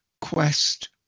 Quest